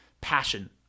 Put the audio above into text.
passion